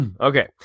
okay